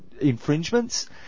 infringements